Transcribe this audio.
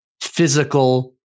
physical